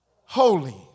holy